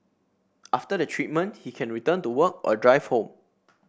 after the treatment he can return to work or drive home